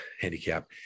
handicap